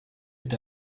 est